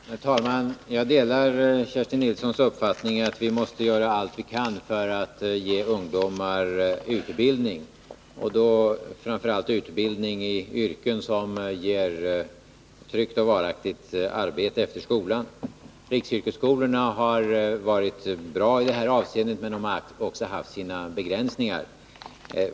Herr talman! Jag delar Kerstin Nilssons uppfattning att vi måste göra allt vad vi kan för att ge ungdomar utbildning och då framför allt utbildning i yrken som ger dem tryggt och varaktigt arbete efter skolan. Riksyrkesskolorna har varit bra i det avseendet, men de har också haft sina begränsningar.